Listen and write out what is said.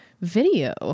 Video